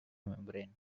membrane